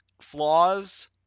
flaws